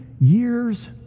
years